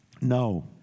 No